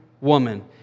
woman